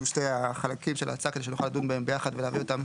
שני החלקים של ההצעה כדי שנוכל לדון בהם ביחד ולהביא אותם